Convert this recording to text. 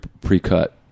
pre-cut